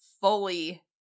fully